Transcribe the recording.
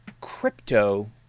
Crypto